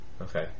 Okay